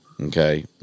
Okay